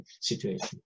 situation